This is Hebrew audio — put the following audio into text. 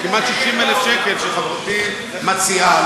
כמעט 60,000 שקל שחברתי מציעה,